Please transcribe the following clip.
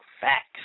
facts